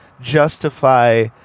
justify